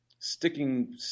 sticking